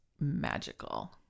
Magical